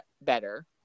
better